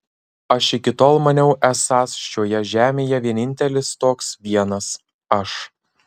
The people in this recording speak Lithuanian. aš iki tol maniau esąs šioje žemėje vienintelis toks vienas aš